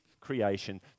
creation